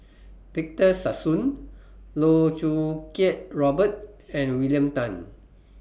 Victor Sassoon Loh Choo Kiat Robert and William Tan